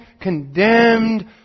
condemned